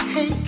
Hey